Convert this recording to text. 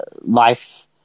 life